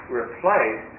replaced